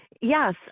Yes